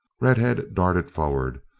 red-head darted forward,